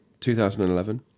2011